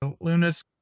Luna's